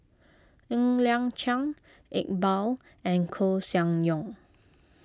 Ng Liang Chiang Iqbal and Koeh Sia Yong